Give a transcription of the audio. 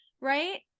right